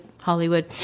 Hollywood